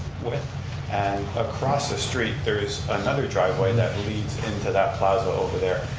with and across the street there is another driveway that leads into that plaza over there.